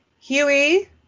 Huey